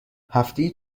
هفتهای